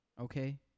okay